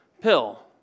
pill